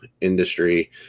industry